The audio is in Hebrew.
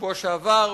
בשבוע שעבר,